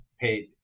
paid